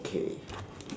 okay